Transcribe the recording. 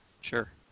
Sure